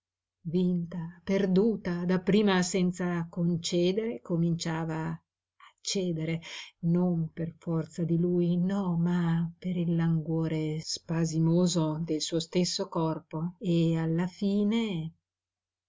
vinta perduta dapprima senza concedere cominciava a cedere non per forza di lui no ma per il languore spasimoso del suo stesso corpo e alla fine